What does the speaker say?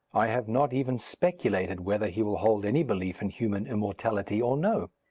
i have not even speculated whether he will hold any belief in human immortality or no.